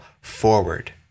forward